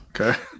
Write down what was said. Okay